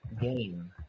game